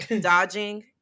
dodging